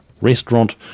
restaurant